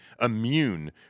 immune